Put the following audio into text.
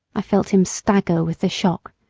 i felt him stagger with the shock,